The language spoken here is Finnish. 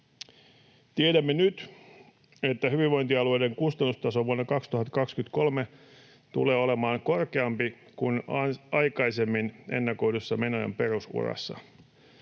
Tiedämme nyt, että hyvinvointialueiden kustannustaso vuonna 2023 tulee olemaan korkeampi kuin aikaisemmin ennakoidussa menojen perusurassa.